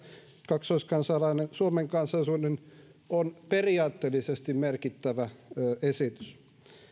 kaksoiskansalainen menettää suomen kansalaisuuden on periaatteellisesti merkittävä esitys